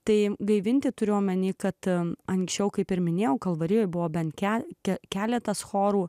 tai gaivinti turiu omeny kad anksčiau kaip ir minėjau kalvarijoje buvo bent keli likę keletas chorų